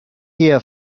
hear